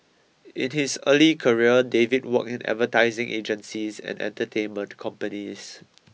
in his early career David worked in advertising agencies and entertainment companies